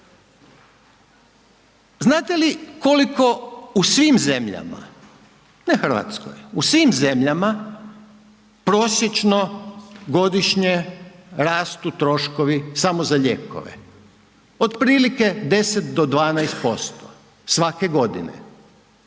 Znate li koliko u svim zemljama, ne RH, u svim zemljama prosječno godišnje rastu troškovi samo za lijekove? Otprilike 10 do 12% svake godine